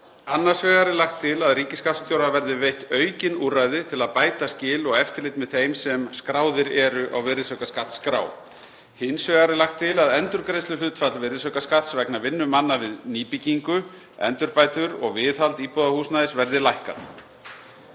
Annars vegar er lagt til að ríkisskattstjóra verði veitt aukin úrræði til að bæta skil og eftirlit með þeim sem skráðir eru á virðisaukaskattsskrá. Hins vegar er lagt til að endurgreiðsluhlutfall virðisaukaskatts vegna vinnu manna við nýbyggingu, endurbætur og viðhald íbúðarhúsnæðis verði lækkað.